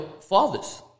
fathers